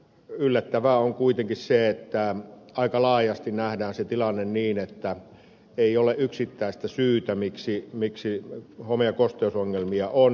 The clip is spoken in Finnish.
yllättävää on kuitenkin se että aika laajasti nähdään se tilanne niin että ei ole yksittäistä syytä miksi home ja kosteusongelmia on